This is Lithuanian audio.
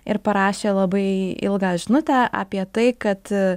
ir parašė labai ilgą žinutę apie tai kad